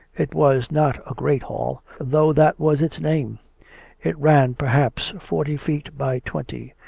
it was not a great hall, though that was its name it ran perhaps forty feet by twenty.